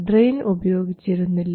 drain ഉപയോഗിച്ചിരുന്നില്ല